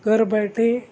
گھر بیٹھے